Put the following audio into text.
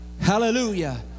hallelujah